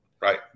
Right